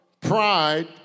Pride